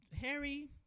Harry